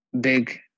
big